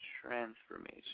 transformation